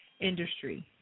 industry